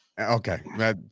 Okay